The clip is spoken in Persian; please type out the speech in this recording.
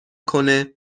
کنه